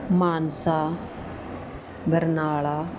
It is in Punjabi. ਮਾਨਸਾ ਬਰਨਾਲਾ